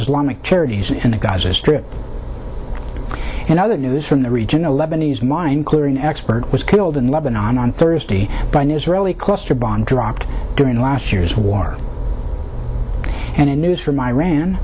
islamic charities and the gaza strip and other news from the region a lebanese mine clearing expert was killed in lebanon on thursday by an israeli cluster bomb dropped during last year's war and in news from iran